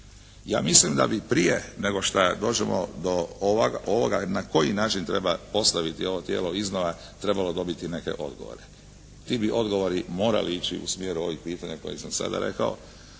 Ja mislim da bi prije nego što dođemo do ovoga na koji način treba postaviti ovo tijelo iznova trebalo dobiti neke odgovore. Ti bi odgovori morali ići u smjeru ovih pitanja koje sam sada rekao.